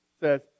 says